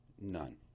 None